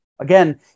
Again